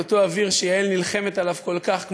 את אותו אוויר שיעל נלחמת עליו כל כך,